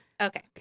Okay